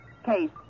case